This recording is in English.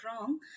wrong